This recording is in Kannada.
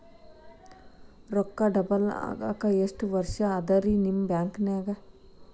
ರೊಕ್ಕ ಡಬಲ್ ಆಗಾಕ ಎಷ್ಟ ವರ್ಷಾ ಅದ ರಿ ನಿಮ್ಮ ಬ್ಯಾಂಕಿನ್ಯಾಗ?